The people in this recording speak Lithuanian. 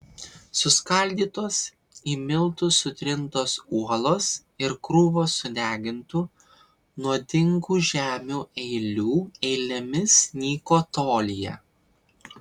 suskaldytos į miltus sutrintos uolos ir krūvos sudegintų nuodingų žemių eilių eilėmis nyko tolyje